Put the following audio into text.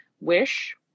Wish